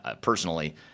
personally